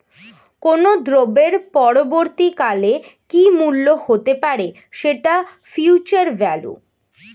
কোনো দ্রব্যের পরবর্তী কালে কি মূল্য হতে পারে, সেটা ফিউচার ভ্যালু